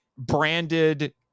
branded